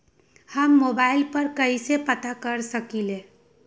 हम मोबाइल पर कईसे पता कर सकींले?